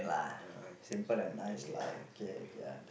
uh I think uh yes maybe